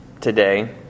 today